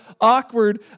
awkward